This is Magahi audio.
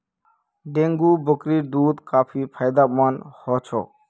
डेंगू बकरीर दूध काफी फायदेमंद ह छ